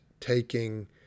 taking